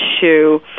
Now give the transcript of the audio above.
shoe